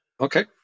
Okay